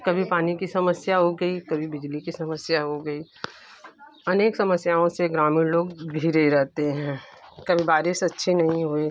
कभी पानी की समस्या हो गई कभी बिजली की समस्या हो गई अनेक समस्याओं से ग्रामीण लोग घिरे रहते हैं कभी बारिश अच्छी नहीं हुई